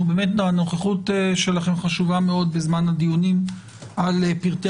הנוכחות שלכם חשובה מאוד בזמן הדיונים על פרטי